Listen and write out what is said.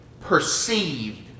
perceived